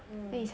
mm